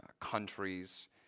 countries